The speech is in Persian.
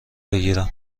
بگیرم